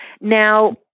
Now